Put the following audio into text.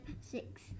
six